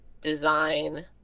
design